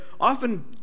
often